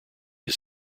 his